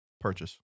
Purchase